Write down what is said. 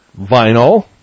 vinyl